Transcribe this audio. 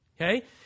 Okay